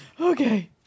Okay